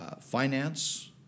finance